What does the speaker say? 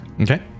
Okay